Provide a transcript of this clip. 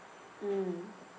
mm